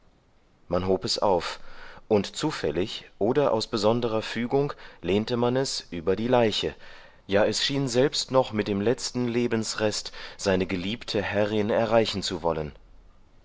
man hob es auf und zu fällig oder aus besonderer fügung lehnte man es über die leiche ja es schien selbst noch mit dem letzten lebensrest seine geliebte herrin erreichen zu wollen